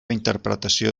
interpretació